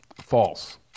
False